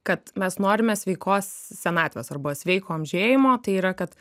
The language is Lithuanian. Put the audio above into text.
kad mes norime sveikos senatvės arba sveiko amžėjimo tai yra kad